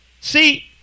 See